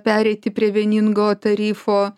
pereiti prie vieningo tarifo